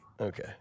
Okay